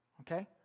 okay